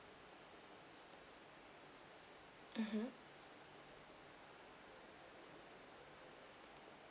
mmhmm